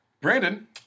Brandon